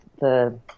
the-